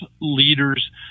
leaders